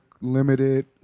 Limited